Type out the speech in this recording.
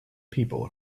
people